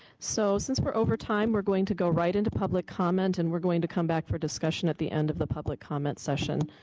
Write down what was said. so since we're over time, we're going to go right into public comment and we're going to come back for discussion at the end of the public comment session.